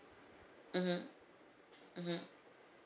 mmhmm mmhmm